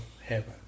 heaven